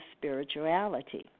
spirituality